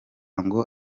ngo